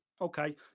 Okay